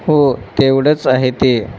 हो तेवढंच आहे ते